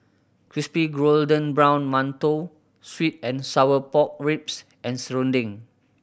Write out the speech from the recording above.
crispy golden brown mantou sweet and sour pork ribs and serunding